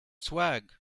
swag